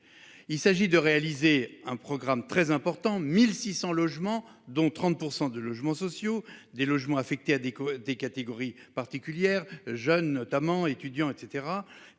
Il s'agit de réaliser un programme très important 1600 logements, dont 30% de logements sociaux, des logements affectés à des des catégories particulières jeunes notamment étudiants et